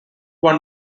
won